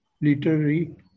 literary